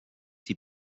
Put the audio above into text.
die